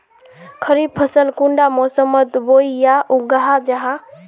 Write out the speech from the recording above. खरीफ फसल कुंडा मोसमोत बोई या उगाहा जाहा?